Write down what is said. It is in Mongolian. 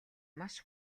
маш